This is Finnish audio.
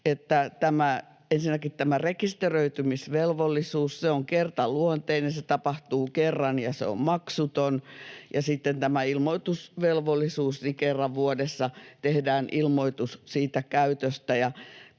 ensinnäkin tämä rekisteröitymisvelvollisuus on kertaluonteinen, se tapahtuu kerran ja se on maksuton, ja sitten tämän ilmoitusvelvollisuuden myötä kerran vuodessa tehdään ilmoitus siitä käytöstä.